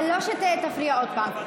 אבל לא שתפריע עוד פעם.